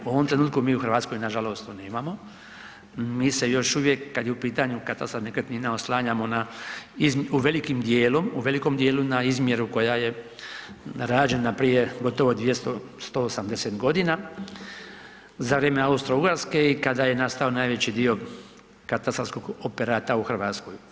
U ovom trenutku mi u Hrvatskoj nažalost to nemamo, mi se još uvijek kada je u pitanju katastar nekretnina oslanjamo u velikom dijelu na izmjeru koja je rađena prije gotovo 200, 180 godina za vrijeme Austro-Ugarske i kada je nastao najveći dio katastarskog operata u Hrvatskoj.